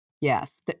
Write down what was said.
Yes